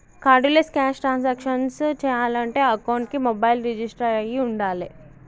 cardless cash transactions చెయ్యాలంటే అకౌంట్కి mobile register అయ్యి వుండాలే